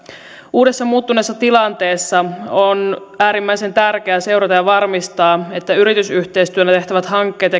uudessa muuttuneessa tilanteessa on äärimmäisen tärkeää seurata ja varmistaa että yritysyhteistyönä tehtävät hankkeet